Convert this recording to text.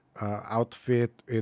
outfit